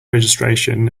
registration